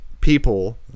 people